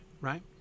right